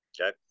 Okay